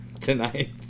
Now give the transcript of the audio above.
tonight